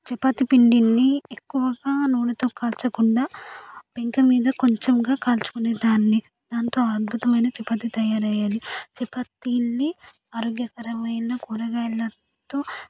చపాతి పిండిని ఎక్కువగా నూనెతో కాల్చకుండా పెంక మీద కొంచెంగా కాల్చుకునే దాన్ని దాంతో అద్భుతమైన చపాతీ తయారయ్యేది చపాతీల్ని ఆరోగ్యకరమైన కూరగాయలతో